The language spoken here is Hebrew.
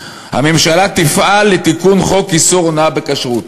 "הממשלה תפעל לתיקון חוק איסור הונאה בכשרות".